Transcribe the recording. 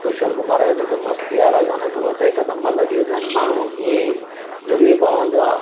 किशोर कुमार जा जेका मस्तीअ वारा गाना आहिनि उहे त हिकदमि अलॻि ई हूंदा आहिनि माण्हू इअं ई झुमी पवंदो आहे